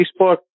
Facebook